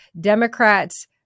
Democrats